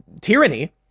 tyranny